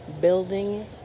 building